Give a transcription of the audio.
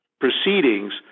proceedings